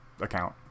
account